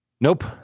Nope